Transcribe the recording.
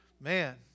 Man